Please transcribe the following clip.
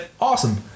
awesome